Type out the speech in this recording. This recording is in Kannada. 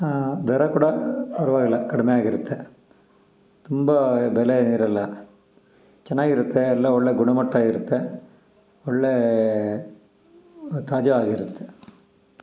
ದರ ಕೂಡ ಪರ್ವಾಗಿಲ್ಲ ಕಡಿಮೆ ಆಗಿರುತ್ತೆ ತುಂಬ ಬೆಲೆ ಏನಿರಲ್ಲ ಚೆನ್ನಾಗಿರುತ್ತೆ ಎಲ್ಲ ಒಳ್ಳೆ ಗುಣಮಟ್ಟ ಇರುತ್ತೆ ಒಳ್ಳೆ ತಾಜಾವಾಗಿರುತ್ತೆ